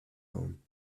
home